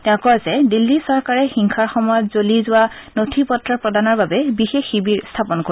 তেওঁ কয় যে দিল্লীৰ চৰকাৰে হিংসাৰ সময়ত জলি যোৱা নথি পত্ৰ প্ৰদানৰ বাবে বিশেষ শিবিৰ স্থাপন কৰিব